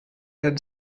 had